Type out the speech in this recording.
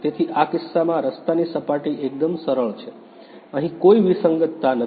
તેથી આ કિસ્સામાં રસ્તાની સપાટી એકદમ સરળ છે અહીં કોઈ વિસંગતતા નથી